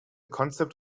concept